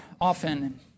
often